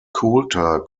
coulter